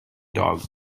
dog